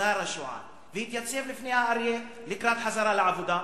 חזר השועל והתייצב לפני האריה לקראת חזרה לעבודה.